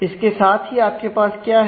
इसके साथ ही आपके पास क्या है